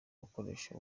gukoresha